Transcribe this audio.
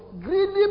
Greedy